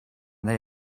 they